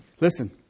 Listen